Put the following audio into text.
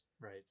Right